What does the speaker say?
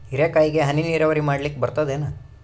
ಹೀರೆಕಾಯಿಗೆ ಹನಿ ನೀರಾವರಿ ಮಾಡ್ಲಿಕ್ ಬರ್ತದ ಏನು?